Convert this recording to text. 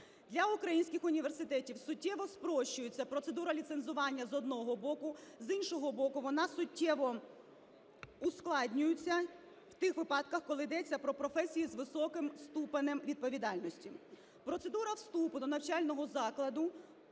Для українських університетів суттєво спрощується процедура ліцензування, з одного боку; з іншого боку, вона суттєво ускладнюється в тих випадках, коли йдеться про професії з високим ступенем відповідальності. Процедура вступу до навчального закладу